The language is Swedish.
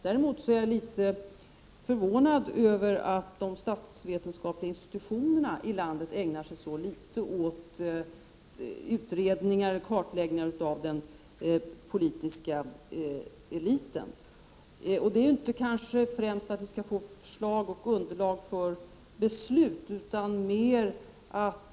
Däremot är jag litet förvånad över att de statsvetenskapliga institutionerna i landet ägnar sig så litet åt utredningar och kartläggningar av den politiska eliten. Det handlar kanske inte främst om att vi skall få förslag och underlag för beslut utan snarare om trovärdigheten.